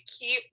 keep